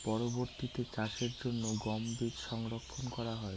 পরবর্তিতে চাষের জন্য গম বীজ সংরক্ষন করা হয়?